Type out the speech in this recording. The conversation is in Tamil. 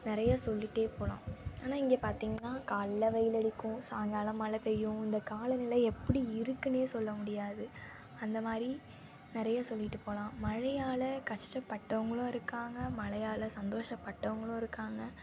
நிறைய சொல்லிட்டே போகலாம் ஆனால் இங்கே பார்த்திங்கனா காலைல வெயில் அடிக்கும் சாயங்காலம் மழை பேய்யும் இந்த காலநிலை எப்படி இருக்கும்னே சொல்லமுடியாது அந்தமாதிரி நிறைய சொல்லிட்டு போகலாம் மழையால் கஷ்டப்பட்டவங்களும் இருக்காங்க மழையால் சந்தோஷப்பட்டவங்களும் இருக்காங்க